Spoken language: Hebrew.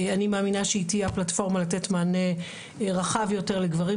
אני מאמינה שהיא תהיה הפלטפורמה לתת מענה רחב יותר לגברים,